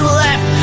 left